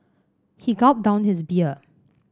he gulped down his beer